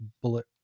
Bullet